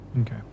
Okay